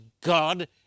God